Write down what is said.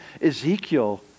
Ezekiel